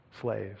Slaves